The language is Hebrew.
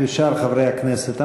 ושאר חברי הכנסת,